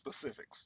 specifics